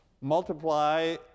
multiply